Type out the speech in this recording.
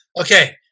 Okay